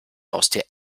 haustier